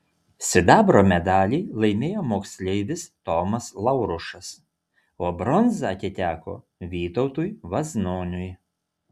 sidabro medalį laimėjo moksleivis tomas laurušas o bronza atiteko vytautui vaznoniui